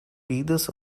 leaders